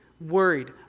worried